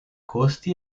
costi